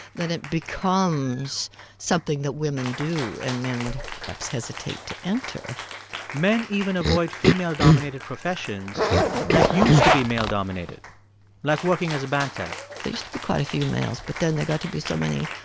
then it becomes something that women do, and men would perhaps hesitate to enter men even avoid female-dominated professions that used to be male-dominated, like working as a bank teller there used to be quite a few males, but then there got to be so many